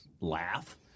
laugh